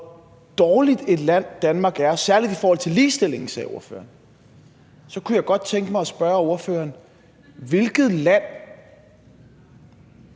hvor dårligt et land Danmark er, særlig i forhold til ligestilling, så kunne jeg godt tænke mig at spørge ordføreren: Hvilket land